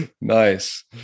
nice